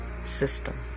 system